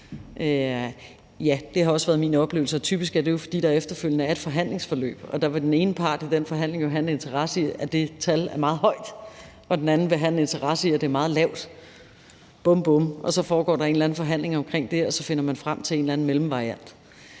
Ja, det har også været min oplevelse, og typisk er det jo, fordi der efterfølgende er et forhandlingsforløb, og der vil den ene part i den forhandling have en interesse i, at det tal er meget højt, og den anden vil have en interesse i, at det er meget lavt – tjabumbum – og så foregår der en eller anden forhandling om det, og så finder man frem til en eller anden mellemvariant.